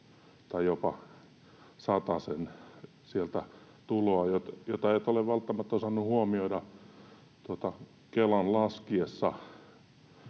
tai jopa satasen sieltä tuloa, jota et ole välttämättä osannut huomioida Kelan laskiessa